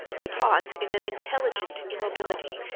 they paused in an intelligent immobility,